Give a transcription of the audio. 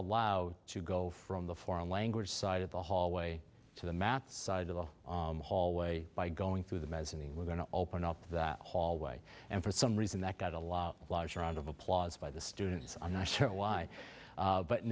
allowed to go from the foreign language side of the hallway to the math side of the hallway by going through the mezzanine we're going to open up that hallway and for some reason that got a lot larger round of applause by the students i'm not sure why